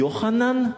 יוחנן?